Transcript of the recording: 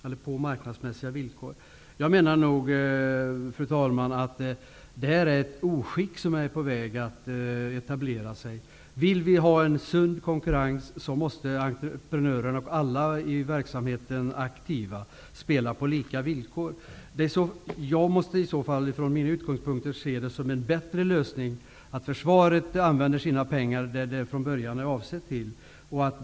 Fru talman! Jag menar att detta är ett oskick som är på väg att etablera sig. Vill vi ha en sund konkurrens måste entreprenörer och alla som är aktiva i verksamheten spela på lika villkor. Jag ser det som en bättre lösning att försvaret använder sina pengar till det de från början är avsedda till.